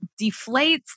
deflates